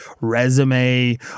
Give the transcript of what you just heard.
resume